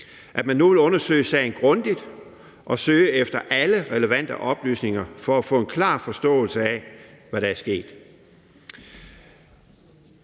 at man nu vil undersøge sagen grundigt og søge efter alle relevante oplysninger for at få en klar forståelse af, hvad der er sket.